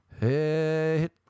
Hit